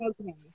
okay